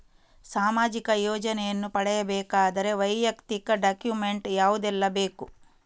ಸಾಮಾಜಿಕ ಯೋಜನೆಯನ್ನು ಪಡೆಯಬೇಕಾದರೆ ವೈಯಕ್ತಿಕ ಡಾಕ್ಯುಮೆಂಟ್ ಯಾವುದೆಲ್ಲ ಬೇಕು?